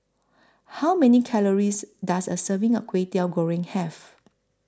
How Many Calories Does A Serving of Kway Teow Goreng Have